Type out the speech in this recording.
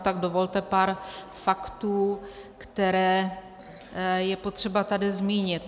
Tak dovolte pár faktů, které je potřeba tady zmínit.